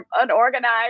unorganized